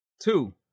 Two